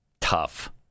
tough